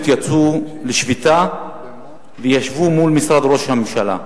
יצאו לשביתה וישבו מול משרד ראש הממשלה.